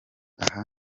aha